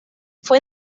fue